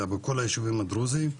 זה בכל הישובים הדרוזים.